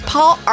Paul